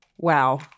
Wow